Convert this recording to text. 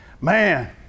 man